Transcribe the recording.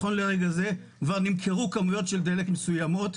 כבר נמכרו כמויות מסוימות של דלק,